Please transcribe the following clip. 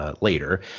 later